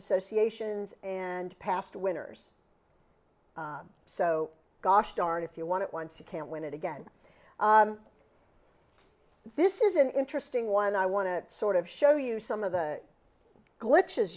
associations and past winners so gosh darned if you want it once you can't win it again this is an interesting one and i want to sort of show you some of the glitches